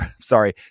sorry